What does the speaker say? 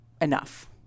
enough